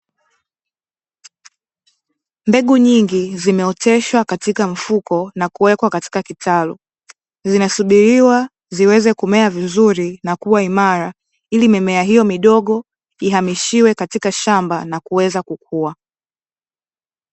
Mbegu nyingi zimeoteshwa katika mfuko na kuwekwa katika kitalu, zinasubiriwa ziweze kumea vizuri na kuwa imara ili mimea hiyo midogo ihamishiwe katika shamba na kuweza kukua.